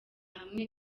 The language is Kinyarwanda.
hamwe